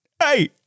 Hey